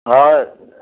हा